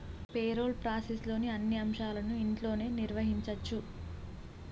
payroll ప్రాసెస్లోని అన్ని అంశాలను ఇంట్లోనే నిర్వహించచ్చు